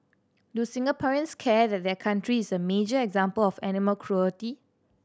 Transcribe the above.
do Singaporeans care that their country is a major example of animal cruelty